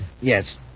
Yes